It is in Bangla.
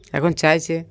এখন চাইছে